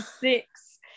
six